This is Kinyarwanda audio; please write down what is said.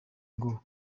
ngo